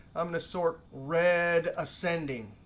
i'm going to sort read ascending.